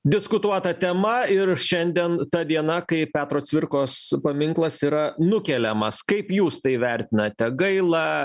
diskutuota tema ir šiandien ta diena kai petro cvirkos paminklas yra nukeliamas kaip jūs tai vertinate gaila